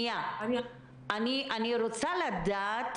אני רוצה לדעת